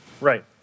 Right